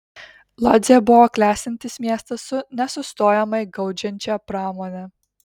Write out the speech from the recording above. lodzė buvo klestintis miestas su nesustojamai gaudžiančia pramone